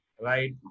right